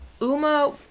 Uma